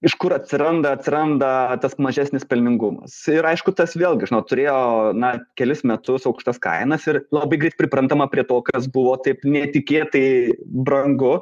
iš kur atsiranda atsiranda tas mažesnis pelningumas ir aišku tas vėlgi žinot turėjo na kelis metus aukštas kainas ir labai greit priprantama prie to kas buvo taip netikėtai brangu